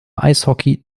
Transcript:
eishockey